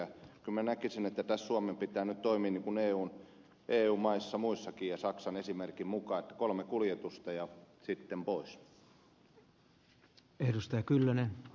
kyllä minä näkisin että tässä suomen pitää nyt toimia niin kuin muutkin eu maat ja saksan esimerkin mukaan että kolme kuljetusta ja sitten pois